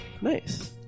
Nice